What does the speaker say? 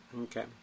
Okay